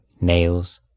nails